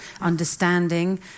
understanding